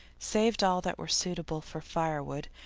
saved all that were suitable for firewood,